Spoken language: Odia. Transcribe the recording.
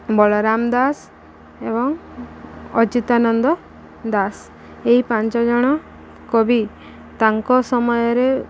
ବଳରାମ ଦାସ ଏବଂ ଅଚ୍ୟୁତାନନ୍ଦ ଦାସ ଏହି ପାଞ୍ଚ ଜଣ କବି ତାଙ୍କ ସମୟରେ